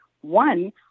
One